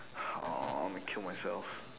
I wanna kill myself